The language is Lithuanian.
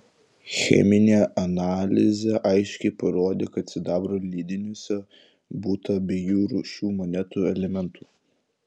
cheminė analizė aiškiai parodė kad sidabro lydiniuose būta abiejų rūšių monetų elementų